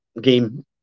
game